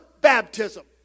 baptism